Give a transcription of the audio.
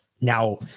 now